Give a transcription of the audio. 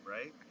right